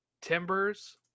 Timbers